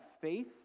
faith